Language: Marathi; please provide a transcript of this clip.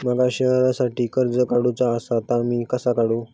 माका शेअरसाठी कर्ज काढूचा असा ता मी कसा काढू?